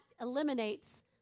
eliminates